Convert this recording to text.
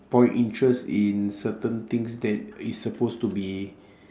point interest in certain things that it's suppose to be